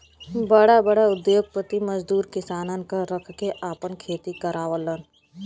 बड़ा बड़ा उद्योगपति मजदूर किसानन क रख के आपन खेती करावलन